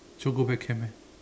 sure go back camp eh